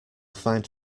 find